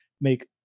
make